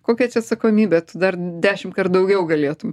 kokia čia atsakomybė tu dar dešimtkart daugiau galėtum